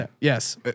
Yes